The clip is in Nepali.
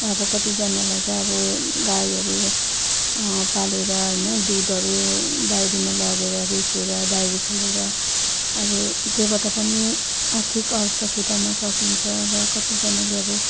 र अब कतिजनालाई चाहिँ अब गाईहरू पालेर होइन दुधहरू डाइरीमा लगेर बेचेर डाइरी खोलेर अब त्यहीँबाट पनि आर्थिक अवस्था सुधार्न सकिन्छ र कतिजनाले अब